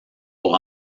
pour